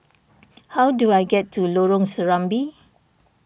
how do I get to Lorong Serambi